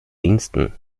diensten